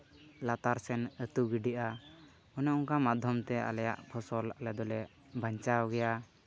ᱞᱟᱛᱟᱨ ᱥᱮᱫ ᱟᱹᱛᱩ ᱜᱤᱰᱤᱜᱼᱟ ᱚᱱᱮ ᱚᱱᱠᱟᱱ ᱢᱟᱫᱫᱷᱚᱢᱛᱮ ᱟᱞᱮᱭᱟᱜ ᱯᱷᱚᱥᱚᱞ ᱟᱞᱮ ᱫᱚᱞᱮ ᱵᱟᱧᱪᱟᱣ ᱜᱮᱭᱟ